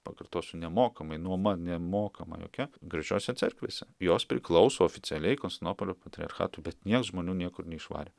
pakartosiu nemokamai nuoma nemokama jokia gražiose cerkvėse jos priklauso oficialiai konstantinopolio patriarchatui bet nieks žmonių niekur neišvarė